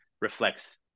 reflects